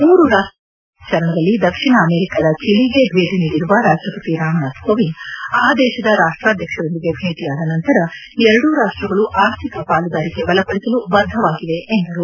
ಮೂರು ರಾಷ್ಟಗಳ ಪ್ರವಾಸದ ಕೊನೆಯ ಚರಣದಲ್ಲಿ ದಕ್ಷಿಣ ಅಮೆರಿಕದ ಚಿಲಿಗೆ ಭೇಟಿ ನೀಡಿರುವ ರಾಷ್ಟಪತಿ ರಾಮನಾಥ್ ಕೋವಿಂದ್ ಆ ದೇಶದ ರಾಷ್ಟಾದ್ಯಕ್ಷರೊಂದಿಗೆ ಭೇಟಿಯಾದ ನಂತರ ಎರಡೂ ರಾಷ್ಟಗಳು ಆರ್ಥಿಕ ಪಾಲುದಾರಿಕೆ ಬಲಪಡಿಸಲು ಬದ್ದವಾಗಿವೆ ಎಂದರು